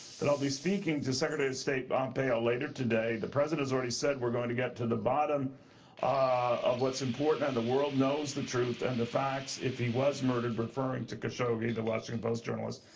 be speaking to secretary of state pompeo later today. the president has already said we are going to get to the bottom of what's important and the world knows the truth and the facts, if he was murdered, referring to khashoggi, the washington post journalist,